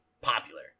popular